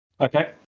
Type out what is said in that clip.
Okay